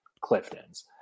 Clifton's